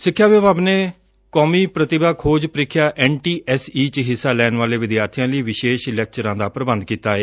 ਸਿੱਖਿਆ ਵਿਭਾਗ ਨੇ ਕੌਮੀ ਪ੍ਰਤਿਭਾ ਖੋਜ ਪ੍ਰੀਖਿਆ ਐਨ ਟੀ ਐਸ ਈ ਚ ਹਿੱਸਾ ਲੈਣ ਵਾਲੇ ਵਿਦਿਆਰਬੀਆਂ ਲਈ ਵਿਸੇਸ਼ ਲੈਕਚਰਾਂ ਦਾ ਪੁਬੰਧ ਕੀਤਾ ਏ